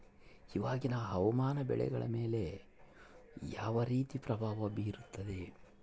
ಇವಾಗಿನ ಹವಾಮಾನ ಬೆಳೆಗಳ ಮೇಲೆ ಯಾವ ರೇತಿ ಪ್ರಭಾವ ಬೇರುತ್ತದೆ?